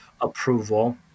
approval